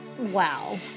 Wow